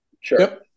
Sure